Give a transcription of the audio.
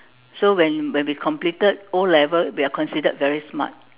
so when when we completed O-level we are considered very smart